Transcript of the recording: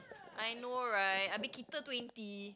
I know right abeh kita twenty